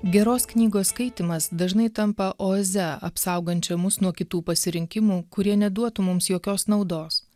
geros knygos skaitymas dažnai tampa oaze apsaugančia mus nuo kitų pasirinkimų kurie neduotų mums jokios naudos